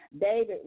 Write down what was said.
David